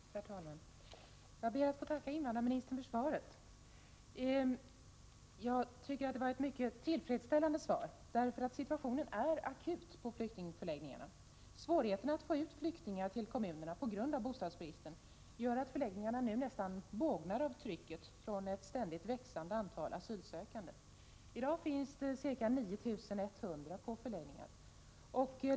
Herr talman! Jag ber att få tacka invandrarministern för svaret. Jag tycker att det var ett mycket tillfredsställande svar. Situationen är ju akut på flyktingförläggningarna. Svårigheterna att få ut flyktingar till kommunerna, på grund av bostadsbristen, gör att förläggningarna nu nästan bågnar av trycket från ett ständigt växande antal asylsökande. I dag finns det ca 9 100 personer på förläggningar.